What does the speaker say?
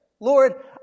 Lord